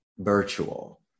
Virtual